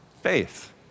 Faith